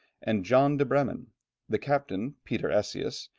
and john de bremen the captain, peter esias,